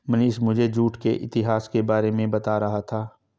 मनीष मुझे जूट के इतिहास के बारे में बता रहा था